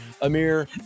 Amir